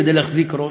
כדי להחזיק ראש,